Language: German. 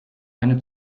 eine